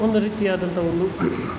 ಒಂದು ರೀತಿಯಾಂದಂಥ ಒಂದು